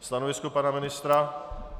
Stanovisko pana ministra?